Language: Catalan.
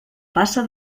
passa